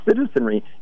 citizenry